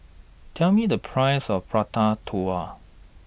Tell Me The Price of Prata Telur